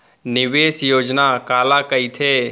निवेश योजना काला कहिथे?